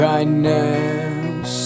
Kindness